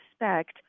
respect